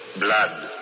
Blood